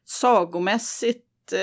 sagomässigt